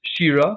Shira